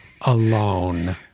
alone